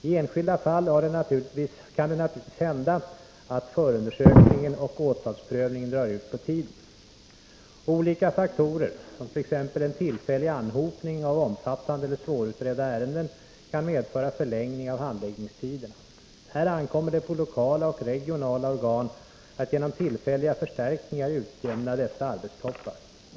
I enskilda fall kan det naturligtvis hända att förundersökningen och åtalsprövningen drar ut på tiden. Olika faktorer, som t.ex. en tillfällig anhopning av omfattande eller svårutredda ärenden, kan medföra förlängning av handläggningstiderna. Här ankommer det på lokala och regionala organ att genom tillfälliga förstärkningar utjämna dessa arbetstoppar.